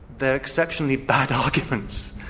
they're exceptionally bad arguments,